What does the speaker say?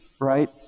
right